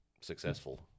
successful